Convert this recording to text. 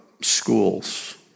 schools